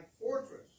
fortress